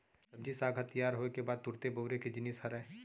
सब्जी साग ह तियार होए के बाद तुरते बउरे के जिनिस हरय